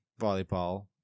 volleyball